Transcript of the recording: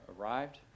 arrived